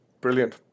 brilliant